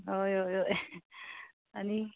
हय हय हय आनी